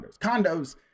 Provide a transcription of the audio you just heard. Condos